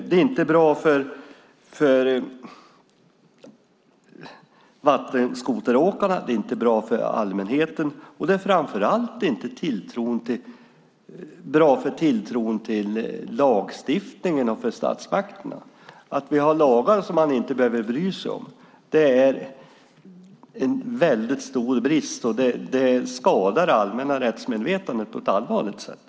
Det är inte bra för vattenskoteråkarna, det är inte bra för allmänheten och det är framför allt inte bra för tilltron till lagstiftningen och statsmakten att vi har lagar som man inte behöver bry sig om. Det är en väldigt stor brist, och det skadar det allmänna rättsmedvetandet på ett allvarligt sätt.